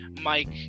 Mike